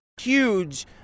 huge